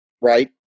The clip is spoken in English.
right